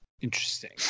Interesting